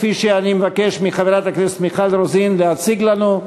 כפי שאני מבקש מחברת הכנסת מיכל רוזין להציג לנו.